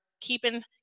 keeping